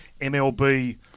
MLB